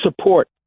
support